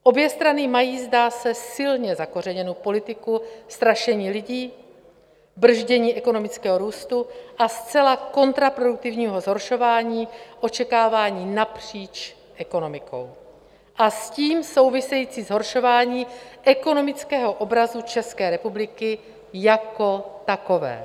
Obě strany mají, zdá se, silně zakořeněnu politiku strašení lidí, brzdění ekonomického růstu a zcela kontraproduktivního zhoršování očekávání napříč ekonomikou a s tím související zhoršování ekonomického obrazu České republiky jako takové.